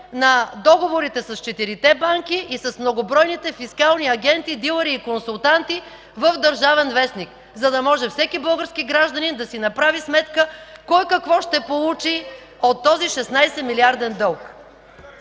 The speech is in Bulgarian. на договорите с четирите банки и с многобройните фискални агенти, дилъри и консултанти в „Държавен вестник”, за да може всеки български гражданин да си направи сметка кой какво ще получи от този 16-милиарден дълг.